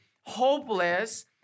hopeless